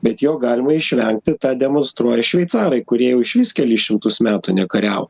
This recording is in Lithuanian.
bet jo galima išvengti tą demonstruoja šveicarai kurie jau išvis kelis šimtus metų nekariavo